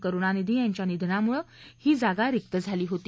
करुणानिधी यांच्या निधनामुळे ही जागा रिक्त झाली होती